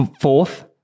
Fourth